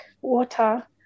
water